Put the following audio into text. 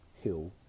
hill